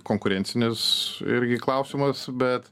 konkurencinis irgi klausimas bet